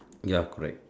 ya correct